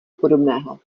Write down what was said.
podobného